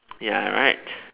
ya right